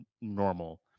normal